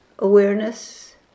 awareness